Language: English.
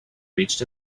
reached